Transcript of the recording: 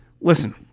listen